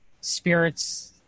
spirits